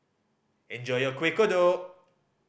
enjoy your Kueh Kodok